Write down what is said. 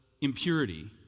impurity